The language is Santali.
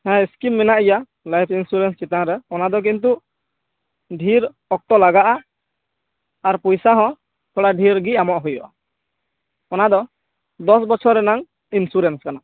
ᱦᱮᱸ ᱥᱠᱤᱢ ᱢᱮᱱᱟᱜ ᱜᱮᱭᱟ ᱞᱟᱭᱤᱯᱷ ᱤᱱᱥᱩᱨᱮᱱᱥ ᱪᱮᱛᱟᱱᱨᱮ ᱚᱱᱟᱫᱚ ᱠᱤᱱᱛᱩ ᱰᱷᱮᱨ ᱚᱠᱛᱚ ᱞᱟᱜᱟᱜᱼᱟ ᱟᱨ ᱯᱩᱭᱥᱟ ᱦᱚᱸ ᱛᱷᱚᱲᱟ ᱰᱷᱮᱨ ᱜᱮ ᱮᱢᱚᱜ ᱦᱩᱭᱩᱜᱼᱟ ᱚᱱᱟᱫᱚ ᱫᱚᱥ ᱵᱚᱪᱷᱚᱨ ᱨᱮᱱᱟᱜ ᱤᱱᱥᱩᱨᱮᱱᱥ ᱠᱟᱱᱟ